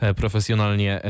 profesjonalnie